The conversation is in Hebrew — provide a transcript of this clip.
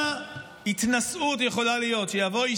כמה התנשאות יכולה להיות שיבוא איש